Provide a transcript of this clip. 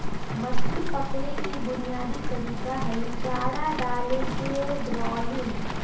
मछरी पकड़े के बुनयादी तरीका हई चारा डालके ट्रॉलिंग